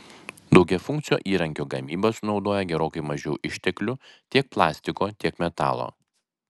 daugiafunkcio įrankio gamyba sunaudoja gerokai mažiau išteklių tiek plastiko tiek metalo